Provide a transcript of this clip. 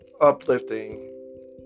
uplifting